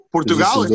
Portugal